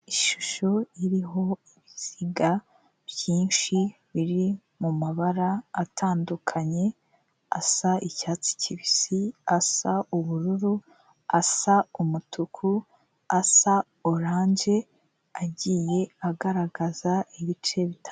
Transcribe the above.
Ishusho iriho ibiziga byinshi biri mu mabara atandukanye: asa icyatsi kibisi, asa ubururu, asa umutuku, asa oranje, agiye agaragaza ibice bitatu.